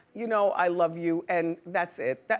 you know i love you and that's it.